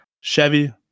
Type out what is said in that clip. Chevy